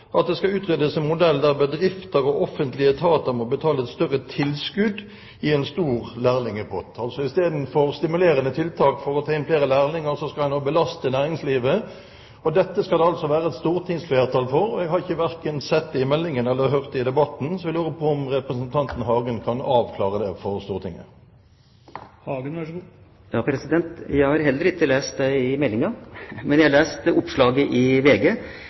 «det nå skal utredes en modell der bedrifter og offentlige etater må betale et større tilskudd i en stor læringpott». Altså: I stedet for stimulerende tiltak for at bedrifter skal ta inn flere lærlinger, vil en nå belaste næringslivet. Dette skal det altså være et stortingsflertall for. Jeg har verken sett dette i meldingen eller hørt det i debatten, så jeg lurer på om representanten Hagen kan avklare det for Stortinget. Jeg har heller ikke lest det i meldingen, men jeg har lest oppslaget i VG.